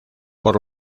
por